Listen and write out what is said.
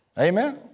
Amen